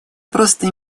просто